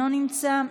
אינו נמצא,